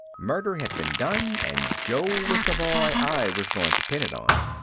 murder had been done and joe was the boy i was going to pin it on.